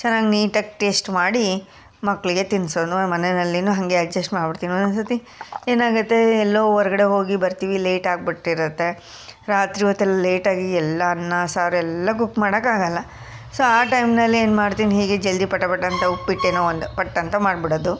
ಚೆನ್ನಾಗಿ ನೀಟಾಗಿ ಟೇಶ್ಟ್ ಮಾಡಿ ಮಕ್ಕಳಿಗೆ ತಿನ್ನಿಸೋದು ಮನೆಯಲ್ಲಿನೂ ಹಾಗೆ ಅಡ್ಜಸ್ಟ್ ಮಾಡ್ಬಿಡ್ತೀನಿ ಒಂದೊಂದು ಸತಿ ಏನಾಗುತ್ತೆ ಎಲ್ಲೋ ಹೊರ್ಗಡೆ ಹೋಗಿ ಬರ್ತೀವಿ ಲೇಟಾಗಿ ಬಿಟ್ಟಿರುತ್ತೆ ರಾತ್ರಿ ಹೊತ್ತಲ್ಲಿ ಲೇಟಾಗಿ ಎಲ್ಲ ಅನ್ನ ಸಾರು ಎಲ್ಲ ಕುಕ್ ಮಾಡಕ್ಕೆ ಆಗೋಲ್ಲ ಸೊ ಆ ಟೈಮ್ನಲ್ಲಿ ಏನು ಮಾಡ್ತೀನಿ ಹೀಗೆ ಜಲ್ದಿ ಪಟ ಪಟ ಅಂತ ಉಪ್ಪಿಟ್ಟು ಏನೋ ಒಂದು ಪಟ್ಟಂತ ಮಾಡಿಬಿಡೋದು